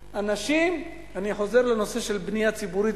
ואנשים, אני חוזר לנושא של בנייה ציבורית.